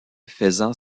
faisant